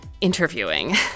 interviewing